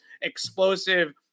explosive